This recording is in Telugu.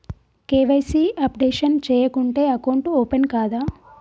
కే.వై.సీ అప్డేషన్ చేయకుంటే అకౌంట్ ఓపెన్ కాదా?